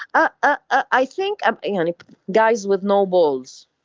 ah i think ah yeah any guys with nobles,